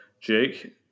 Jake